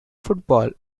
football